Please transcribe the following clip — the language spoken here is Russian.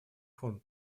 фонд